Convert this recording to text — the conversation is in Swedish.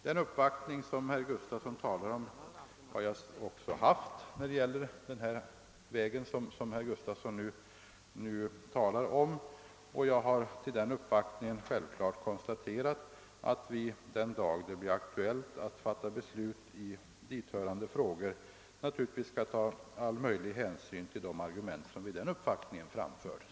Den uppvaktning som herr Gustavsson nämnde om har jag haft när det gäller den väg som herr Gustavsson talar om, och jag har på den uppvaktningen självklart konstaterat att vi, den dag det blir aktuellt att fatta beslut i hithörande frågor, skall ta all möjlig hänsyn till de argument som vid den uppvaktningen framfördes.